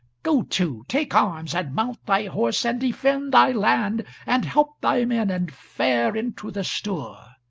go to, take arms, and mount thy horse, and defend thy land, and help thy men, and fare into the stour.